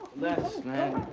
les, man.